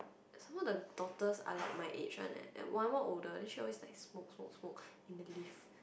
some more the daughters are like my age one leh and one more older then she always like smoke smoke smoke in the lift